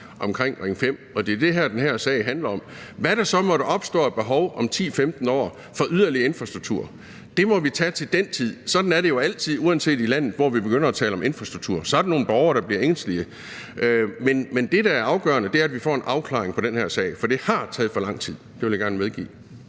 omkring Ring 5. Og det er det, som den her sag handler om. Hvad der så måtte opstå af behov om 10-15 år for yderligere infrastruktur, må vi tage til den tid. Sådan er det jo altid, uanset hvor i landet vi begynder at tale om infrastruktur; så er der nogle borgere, der bliver ængstelige. Men det, der er afgørende, er, at vi får en afklaring på den her sag, for det har taget for lang tid – det vil jeg gerne medgive.